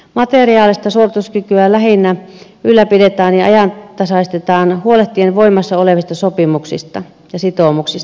materiaalista suorituskykyä lähinnä ylläpidetään ja ajantasaistetaan huolehtien voimassa olevista sopimuksista ja sitoumuksista